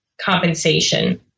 compensation